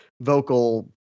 vocal